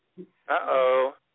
Uh-oh